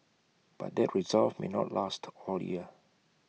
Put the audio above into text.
but that resolve may not last all year